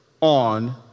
on